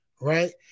right